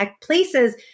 places